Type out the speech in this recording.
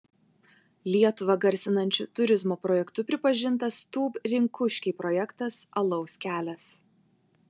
lietuvą garsinančiu turizmo projektu pripažintas tūb rinkuškiai projektas alaus kelias